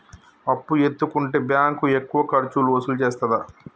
అప్పు ఎత్తుకుంటే బ్యాంకు ఎక్కువ ఖర్చులు వసూలు చేత్తదా?